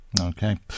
Okay